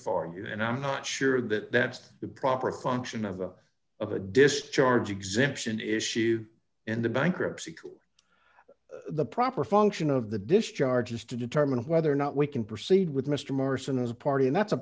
for you and i'm not sure that that's the proper function of the of a discharge exemption issue in the bankruptcy the proper function of the discharge is to determine whether or not we can proceed with mr marson as a party and that's a